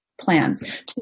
plans